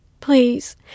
Please